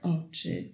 oczy